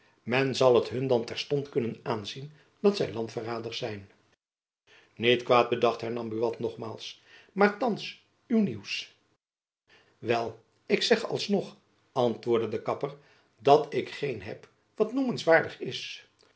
men zal het hun dan terstond kunnen aanzien dat zy landverraders zijn niet kwaad bedacht hernam buat nogmaals maar thands uw nieuws wel ik zeg als nog antwoordde de kapper dat ik geen heb wat noemenswaardig is